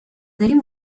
داریم